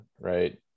right